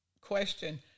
question